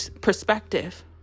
perspective